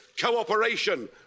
cooperation